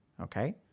Okay